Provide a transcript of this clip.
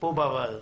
פה בוועדה.